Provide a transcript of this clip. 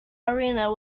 arena